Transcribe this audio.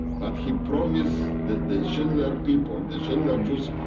but he promised the the schindler people the schindler jews,